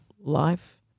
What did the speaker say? life